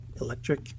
electric